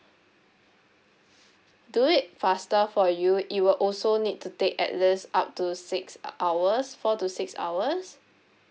do it faster for you it will also need to take at least up to six hours four to six hours